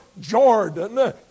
Jordan